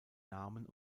namen